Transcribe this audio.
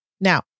Now